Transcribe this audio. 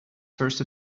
first